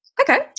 okay